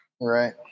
Right